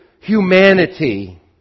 humanity